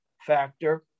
factor